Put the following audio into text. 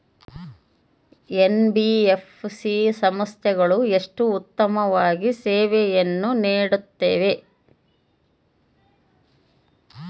NBFC ಸಂಸ್ಥೆಗಳು ಎಷ್ಟು ಉತ್ತಮವಾಗಿ ಸೇವೆಯನ್ನು ನೇಡುತ್ತವೆ?